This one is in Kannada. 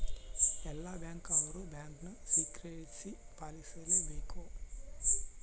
ಎಲ್ಲ ಬ್ಯಾಂಕ್ ಅವ್ರು ಬ್ಯಾಂಕ್ ಸೀಕ್ರೆಸಿ ಪಾಲಿಸಲೇ ಬೇಕ